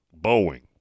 Boeing